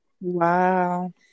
Wow